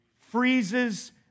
freezes